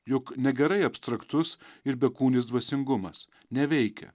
juk negerai abstraktus ir bekūnis dvasingumas neveikia